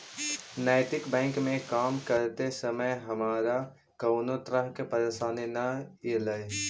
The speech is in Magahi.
नैतिक बैंक में काम करते समय हमारा कउनो तरह के परेशानी न ईलई